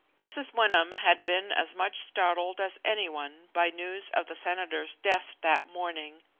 mrs. wyndham had been as much startled as any one by news of the senator's death that morning,